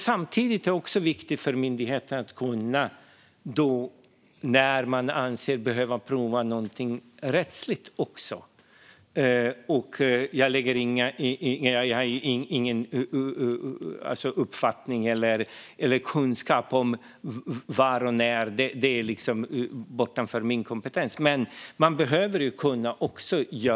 Samtidigt är det viktigt för myndigheten att kunna pröva något rättsligt när man anser sig behöva det. Jag har ingen uppfattning eller kunskap om var och när, det är liksom bortanför min kompetens, men man behöver kunna göra också det.